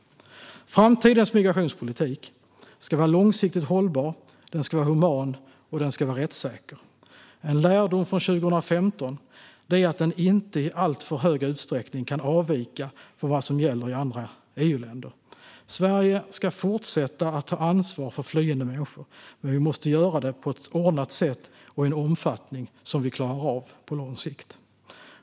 Framtidens migrationspolitik ska vara långsiktigt hållbar, human och rättssäker. En lärdom från 2015 är att den inte i alltför stor utsträckning kan avvika från vad som gäller i andra EU-länder. Sverige ska fortsätta att ta ansvar för flyende människor, men vi måste göra det på ett ordnat sätt och i en omfattning som vi klarar av på lång sikt.